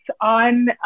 on